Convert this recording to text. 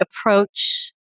approach